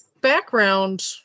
background